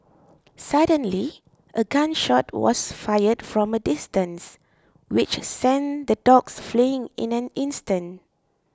suddenly a gun shot was fired from a distance which sent the dogs fleeing in an instant